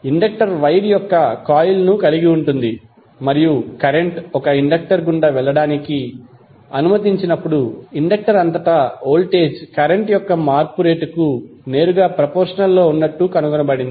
inductor wire యొక్క coil కలిగి ఉంటుంది మరియు కరెంట్ ఒక ఇండక్టర్ గుండా వెళ్ళడానికి అనుమతించినప్పుడు ఇండక్టర్ అంతటా వోల్టేజ్ కరెంట్ యొక్క మార్పు రేటుకు నేరుగా ప్రపోర్షనల్ లో ఉన్నట్లు కనుగొనబడింది